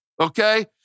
okay